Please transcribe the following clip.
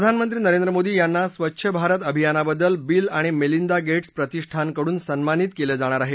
प्रधानमंत्री नरेंद्र मोदी यांना स्वच्छ भारतअभियानाबद्दल बिल आणि मेलिंदा गेट्स प्रतिष्ठानकडून सन्मानित केलं जाणार आहे